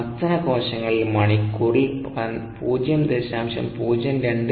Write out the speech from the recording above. സസ്തന കോശങ്ങളിൽ മണിക്കൂറിൽ 0